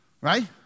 Right